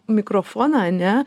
mikročoną ar ne